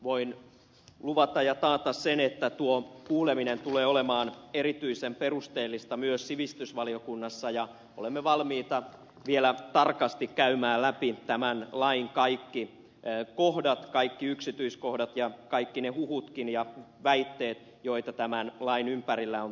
voin luvata ja taata sen että tuo kuuleminen tulee olemaan erityisen perusteellista myös sivistysvaliokunnassa ja olemme valmiita vielä tarkasti käymään läpi tämän lain kaikki yksityiskohdat ja kaikki ne huhutkin ja väitteet joita tämän lain ympärillä on esitetty